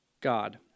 God